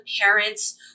parents